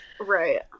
Right